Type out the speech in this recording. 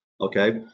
okay